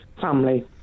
Family